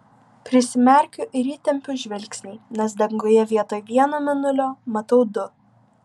prisimerkiu ir įtempiu žvilgsnį nes danguje vietoj vieno mėnulio matau du